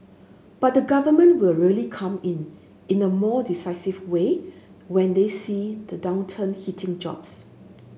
but the Government will really come in in a more decisive way when they see the downturn hitting jobs